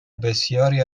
بسیاری